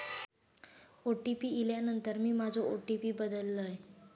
OTP इल्यानंतर मी माझो ओ.टी.पी बदललय